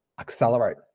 accelerate